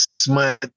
smart